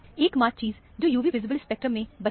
एकमात्र चीज जो UV विजिबल स्पेक्ट्रम में बचती हैं